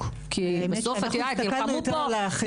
אנחנו הסתכלנו יותר על חצי הכוס המלאה.